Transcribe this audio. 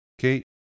Okay